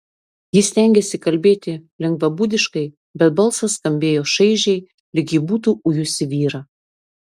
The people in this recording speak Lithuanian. ji stengėsi kalbėti lengvabūdiškai bet balsas skambėjo šaižiai lyg ji būtų ujusi vyrą